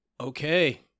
Okay